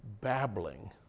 babbling